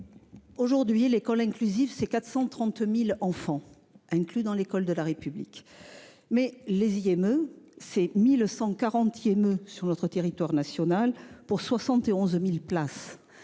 Aujourd'hui, l'école inclusive ces 430.000 enfants inclus dans l'école de la République. Mais les IME s'est mis le 140ème sur notre territoire national pour 71.000 places.